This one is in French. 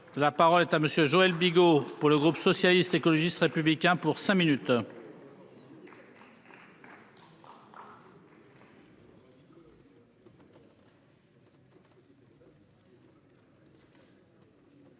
La parole est à monsieur Joël Bigot pour le groupe socialiste, écologiste républicains pour cinq minutes.